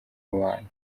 mubano